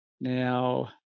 Now